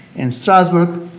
in strasbourg,